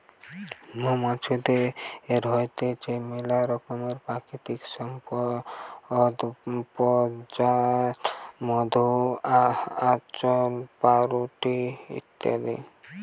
মৌমাছিদের হইতে মেলা রকমের প্রাকৃতিক সম্পদ পথ যায় মধু, চাল্লাহ, পাউরুটি ইত্যাদি